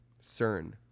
cern